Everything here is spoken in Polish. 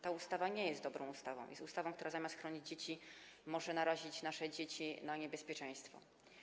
Ta ustawa nie jest dobrą ustawą, jest ustawą, która zamiast chronić dzieci, może narazić nasze dzieci na niebezpieczeństwo.